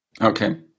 Okay